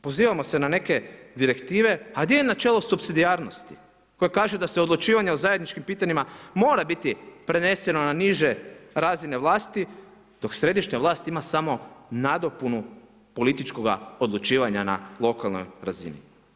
Pozivamo se na neke direktive, a gdje je načelo supsidijarnosti koje kaže da se odlučivanje o zajedničkim pitanjima mora biti preneseno na niže razine vlasti dok središnja vlast ima samo nadopunu političkoga odlučivanja na lokalnoj razini?